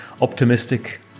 optimistic